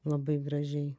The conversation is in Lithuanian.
labai gražiai